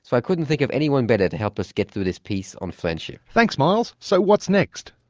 so i couldn't think of anyone better to help us get through this piece on friendship. thanks miles. so what's next?